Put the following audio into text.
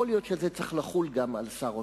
יכול להיות שזה צריך לחול גם על שר אוצר.